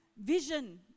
vision